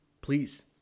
Please